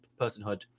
personhood